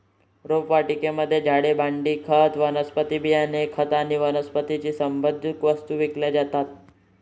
रोपवाटिकेमध्ये झाडे, भांडी, खत, वनस्पती बियाणे, खत आणि वनस्पतीशी संबंधित वस्तू विकल्या जातात